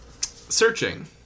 Searching